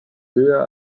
höher